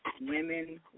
women